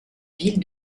ville